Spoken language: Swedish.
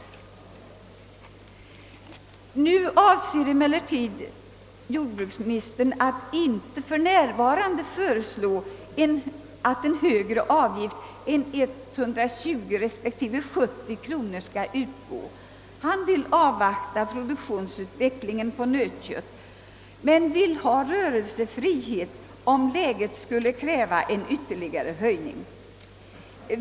Jordbruksministern avser emellertid inte att för närvarande föreslå högre avgift än 120 respektive 70 kronor. Han vill avvakta produktionsutvecklingen på nötkött, men han vill ha rörelsefrihet, om läget skulle kräva en ytterligare höjning.